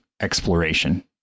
exploration